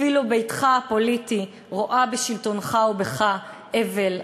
אפילו ביתך הפוליטי רואה בשלטונך ובך הבל הבלים.